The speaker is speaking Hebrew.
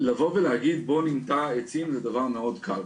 לבוא ולהגיד בוא ניטע עצים, זה דבר מאוד קל.